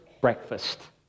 breakfast